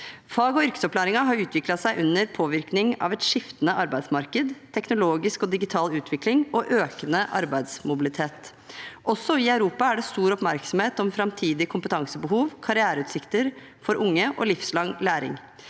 Fag- og yrkesopplæringen har utviklet seg under påvirkning av et skiftende arbeidsmarked, teknologisk og digital utvikling og økende arbeidsmobilitet. Også i Europa er det stor oppmerksomhet om framtidig kompetansebehov, karriereutsikter for unge og livslang læring.